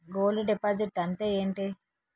Gold deposit అంతే ఎంటి?